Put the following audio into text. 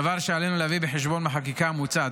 דבר שעלינו להביא בחשבון בחקיקה המוצעת.